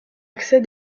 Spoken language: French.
accès